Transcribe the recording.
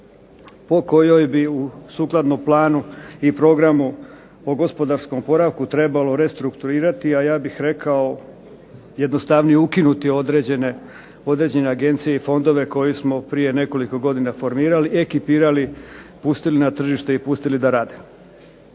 po kojoj bi sukladno planu i programu o gospodarskom oporavku trebalo restrukturirati, a ja bih rekao jednostavnije ukinuti određene agencije i fondove koje smo prije nekoliko godina formirali, ekipirali, pustili na tržište i pustili da rade.